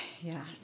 Yes